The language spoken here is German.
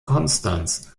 konstanz